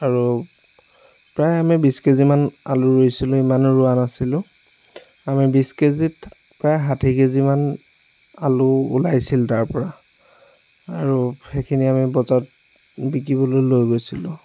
আৰু প্ৰায় আমি বিছ কেজিমান আলু ৰুইছিলোঁ ইমানো ৰোৱা নাছিলোঁ আৰু আমি বিছ কেজিত প্ৰায় ষাঠি কেজিমান আলু ওলাইছিল তাৰ পৰা আৰু সেইখিনি আমি বজাৰত বিকিবলৈ লৈ গৈছিলোঁ